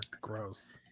gross